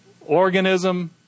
organism